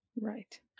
right